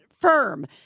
firm